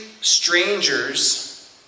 strangers